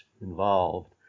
involved